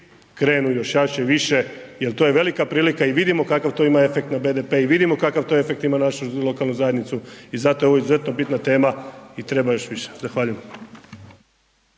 krenu još jače i više jer to je velika prilika i vidimo kakav to ima efekt na BDP i vidimo kakav to efekt ima na našu lokalnu zajednicu i zato je ovo izuzetno bitna tema i treba još više. Zahvaljujem.